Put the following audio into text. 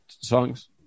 songs